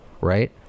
right